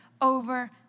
over